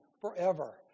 forever